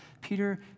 Peter